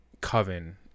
Coven